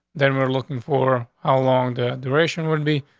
then we're looking for how long the duration would and be.